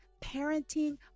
parenting